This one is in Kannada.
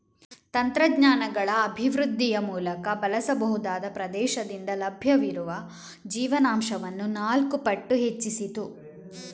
ತಂತ್ರಜ್ಞಾನಗಳ ಅಭಿವೃದ್ಧಿಯ ಮೂಲಕ ಬಳಸಬಹುದಾದ ಪ್ರದೇಶದಿಂದ ಲಭ್ಯವಿರುವ ಜೀವನಾಂಶವನ್ನು ನಾಲ್ಕು ಪಟ್ಟು ಹೆಚ್ಚಿಸಿತು